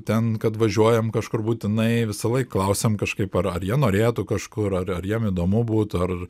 ten kad važiuojam kažkur būtinai visąlaik klausiam kažkaip ar ar jie norėtų kažkur ar ar jiem įdomu būtų ar